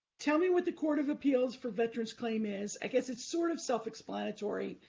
tell me what the court of appeals for veterans claims is. i guess it's sort of self-explanatory,